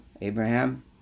Abraham